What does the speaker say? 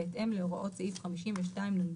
בהתאם להוראות סעיף 52(יג)(א)